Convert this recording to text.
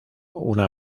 una